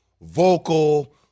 vocal